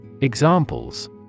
Examples